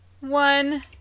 one